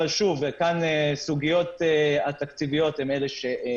אבל הסוגיות התקציביות הן אלה שמגבילות אותנו.